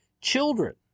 children